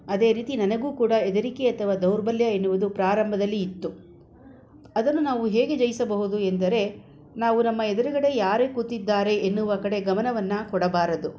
ಅದೇ ರೀತಿ ನನಗೂ ಕೂಡ ಹೆದರಿಕೆ ಅಥವಾ ದೌರ್ಬಲ್ಯ ಎನ್ನುವುದು ಪ್ರಾರಂಭದಲ್ಲಿ ಇತ್ತು ಅದನ್ನು ನಾವು ಹೇಗೆ ಜಯಿಸಬಹುದು ಎಂದರೆ ನಾವು ನಮ್ಮ ಎದುರುಗಡೆ ಯಾರು ಕೂತಿದ್ದಾರೆ ಎನ್ನುವ ಕಡೆ ಗಮನವನ್ನು ಕೊಡಬಾರದು